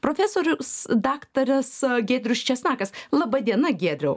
profesorius daktaras giedrius česnakas laba diena giedriau